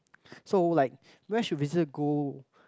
so like where should visitor go